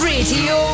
Radio